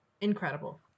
incredible